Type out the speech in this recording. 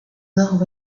nord